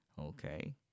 Okay